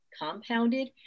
compounded